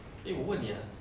eh 我问你 ah